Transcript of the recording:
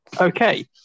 Okay